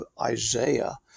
Isaiah